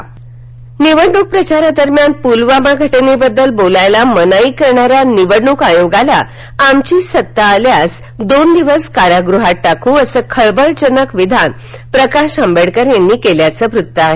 आंबेडकर निवडणूक प्रचारा दरम्यान पूलवामा घटनेबद्दल बोलण्यास मनाई करणाऱ्या निवडणूक आयोगाला आमची सत्ता आल्यास दोन दिवस कारागृहात टाकू असं खळबळजनक विधान प्रकाश आंबेडकर यांनी केल्याचं वृत्त आहे